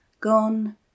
gone